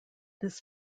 this